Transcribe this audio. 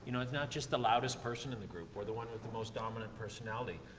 you know it's not just the loudest person in the group or the one with the most dominant personality,